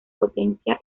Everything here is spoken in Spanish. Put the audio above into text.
potencia